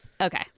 okay